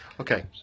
Okay